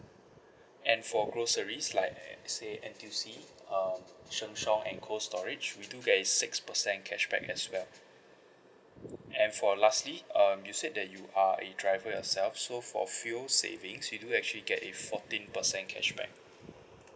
and for groceries like say N_T_U_C uh sheng siong and cold storage we do get a six percent cashback as well and for lastly um you said that you are a driver yourself so for fuel savings you do actually get a fourteen percent cashback